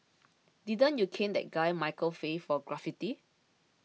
didn't you cane that guy Michael Fay for graffiti